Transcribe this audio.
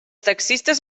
taxistes